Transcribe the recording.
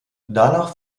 danach